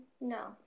no